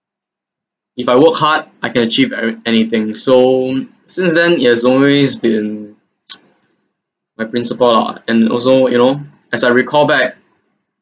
if I work hard I can achieve every anything so since then it has always been my principal lah and also you know as I recall back